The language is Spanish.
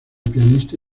pianista